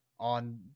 on